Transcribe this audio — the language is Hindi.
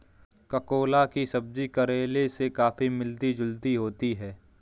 ककोला की सब्जी करेले से काफी मिलती जुलती होती है